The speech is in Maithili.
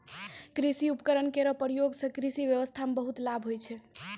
कृषि उपकरण केरो प्रयोग सें कृषि ब्यबस्था म बहुत लाभ होय छै